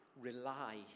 rely